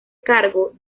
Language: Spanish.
cargo